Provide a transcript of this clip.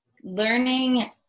learning